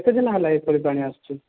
କେତେଦିନ ହେଲା ଏପରି ପାଣି ଆସୁଛି